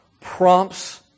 prompts